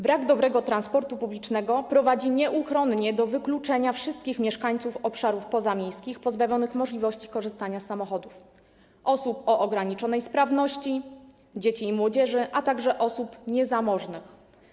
Brak dobrego transportu publicznego prowadzi nieuchronnie do wykluczenia wszystkich mieszkańców obszarów pozamiejskich pozbawionych możliwości korzystania z samochodów, osób o ograniczonej sprawności, dzieci i młodzieży, a także osób niezamożnych.